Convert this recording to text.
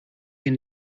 him